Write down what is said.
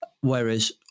whereas